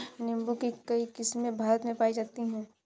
नीम्बू की कई किस्मे भारत में पाई जाती है